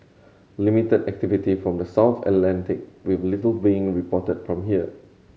limited activity from the south Atlantic with little being reported from here